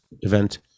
event